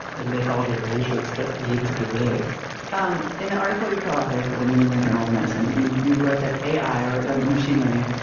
and make all the arrangements that need to be made um in the article you co-authored for the new england journal of medicine, you you wrote that ai, or the machine learning,